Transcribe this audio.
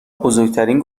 بزرگترین